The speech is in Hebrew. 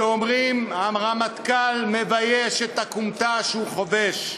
שאומרים: הרמטכ"ל מבייש את הכומתה שהוא חובש.